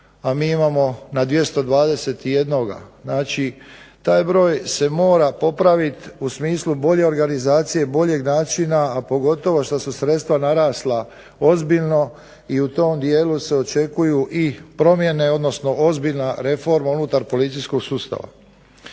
a mi imamo na 221. Znači taj broj se mora popraviti u smislu bolje organizacije, boljeg načina, a pogotovo što su sredstva narasla ozbiljno i u tom dijelu se očekuju i promjene odnosno ozbiljna reforma unutar policijskog sustava.